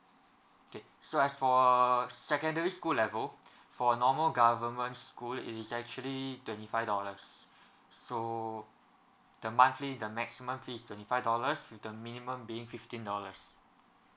K so as for secondary school level for normal government school is actually twenty five dollars so the monthly the maximum fee is twenty five dollars with the minimum being fifteen dollars